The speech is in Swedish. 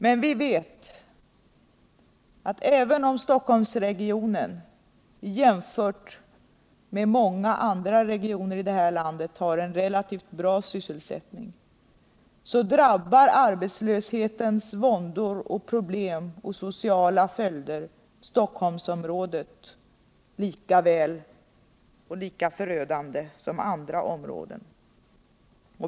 Men vi vet, att även om Stockholmsregionen jämfört med många andra regioner i det här landet har en relativt bra sysselsättning, så drabbar arbetslöshetens våndor och problem och sociala följder Stockholmsområdet lika förödande som andra områden.